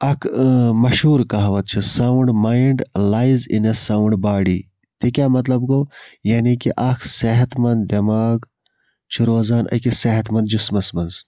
اکھ مَشہور کَہاوَت چھِ sound mind lies in a sound body تہِ کیاہ مَطلَب گوٚو یعنی کہِ اکھ صحت مَنٛد دٮ۪ماغ چھُ روزان أکِس صحت مَنٛد جِسمَس مَنٛز